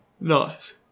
nice